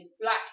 black